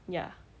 ya